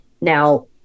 Now